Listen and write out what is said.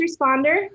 responder